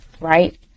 right